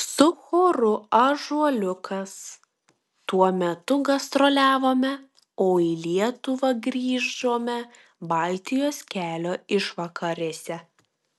su choru ąžuoliukas tuo metu gastroliavome o į lietuvą grįžome baltijos kelio išvakarėse